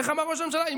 איך אמר ראש הממשלה?